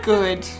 Good